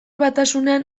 batasunean